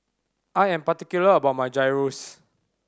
I am particular about my Gyros